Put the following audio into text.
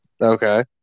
Okay